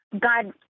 God